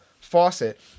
faucet